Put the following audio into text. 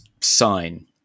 sign